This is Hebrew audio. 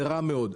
זה רע מאוד.